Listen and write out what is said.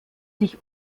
sich